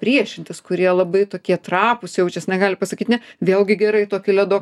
priešintis kurie labai tokie trapūs jaučias negali pasakyt ne vėlgi gerai tokį ledo